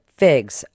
figs